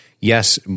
yes